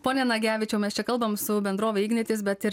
pone nagevičiau mes čia kalbam su bendrove ignitis bet ir